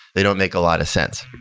they don't make a lot of sense.